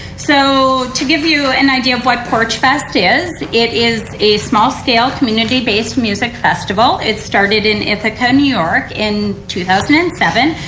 so to give you an idea what porchfest is, it is a small scale community based music festival. it started in ithica, new york in two thousand and seven.